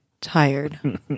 tired